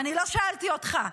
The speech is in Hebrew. אני לא שאלתי אותך.